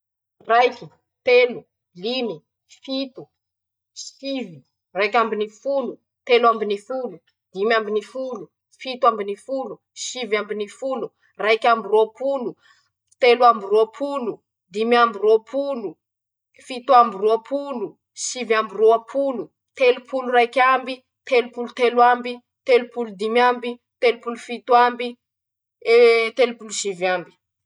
<koliro>Raiky, telo, limy, fito, sivy, raik'ambiny folo, telo ambiny folo, dimy ambiny folo, fito ambiny folo, sivy ambiny folo, raik'amby roapolo, telo amby roapolo, dimy amby roapolo, fito amby roapolo, sivy amby roapolo, telopolo raik'amby, telopolo telo amby, telopolo dimy amby, telopolo fito amby, eee telopolo sivy amby.